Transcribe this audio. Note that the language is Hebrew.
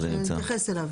ונתייחס אליו.